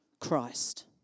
christ